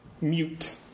Mute